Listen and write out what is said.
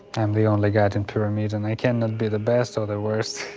i'm the only guide in pyramiden, there cannot be the best or the worst.